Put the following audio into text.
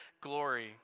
glory